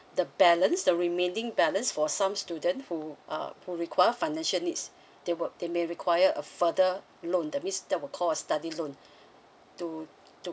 the balance the remaining balance for some student who uh who require financial needs they will they may require a further loan that means that will call study loan to